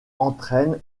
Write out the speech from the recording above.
entraînent